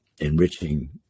enriching